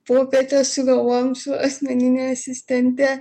popietę sugalvojom su asmenine asistente